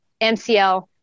MCL